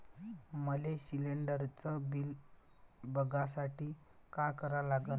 मले शिलिंडरचं बिल बघसाठी का करा लागन?